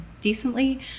decently